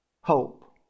hope